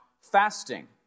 fasting